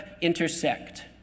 intersect